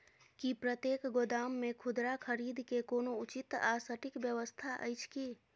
की प्रतेक गोदाम मे खुदरा खरीद के कोनो उचित आ सटिक व्यवस्था अछि की?